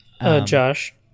Josh